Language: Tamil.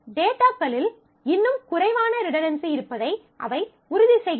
டேட்டாகளில் இன்னும் குறைவான ரிடன்டன்சி இருப்பதை அவை உறுதி செய்கின்றன